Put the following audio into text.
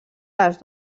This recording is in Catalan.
les